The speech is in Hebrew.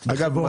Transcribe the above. אגב,